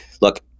look